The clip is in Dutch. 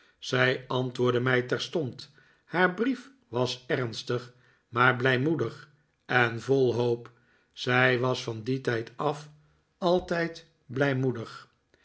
zij antwoordde mij terstond haar brief was ernstig maar blijmoedig en vol hoop zij was van dien tijd af altijd